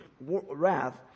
wrath